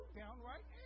downright